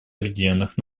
объединенных